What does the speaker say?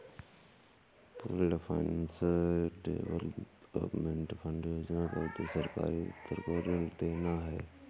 pooled finance development fund योजना का उद्देश्य सरकारी दफ्तर को ऋण देना है